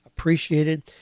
appreciated